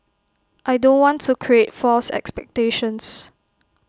I don't want to create false expectations